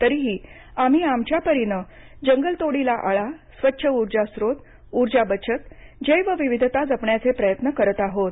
तरीही आम्ही आमच्या परीनं जंगलतोडीला आळा स्वच्छ ऊर्जा स्त्रोत ऊर्जा बचत जैवविविधता जपण्याचे प्रयत्न करत आहोत